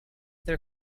their